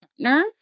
partner